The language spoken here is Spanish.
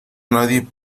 nadie